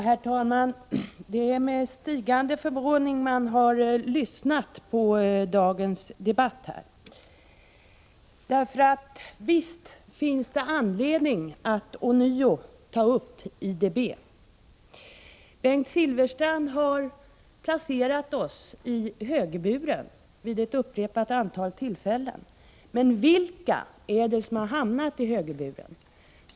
Herr talman! Det är med stigande förvåning jag har lyssnat till dagens debatt. Visst finns det anledning att ånyo ta upp IDB. Bengt Silfverstrand har placerat oss i högerburen vid ett upprepat antal tillfällen. Men vilka är det som har hamnat i högerburen?